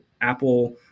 Apple